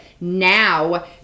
now